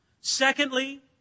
Secondly